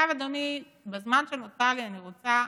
עכשיו, אדוני, בזמן שנותר לי אני רוצה